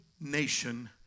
nation